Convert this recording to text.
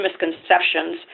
misconceptions